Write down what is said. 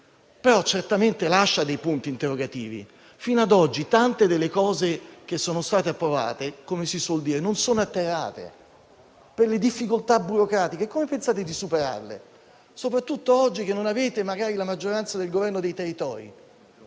però certamente lascia dei punti interrogativi. Fino ad oggi tante delle norme approvate, come si suol dire, non sono atterrate per le difficoltà burocratiche. Come pensate di superarle, soprattutto oggi che non avete la maggioranza del governo dei territori?